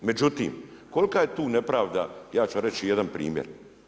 Međutim, kolika je tu nepravda, ja ću vam reći jedan primjer.